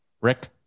Rick